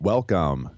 Welcome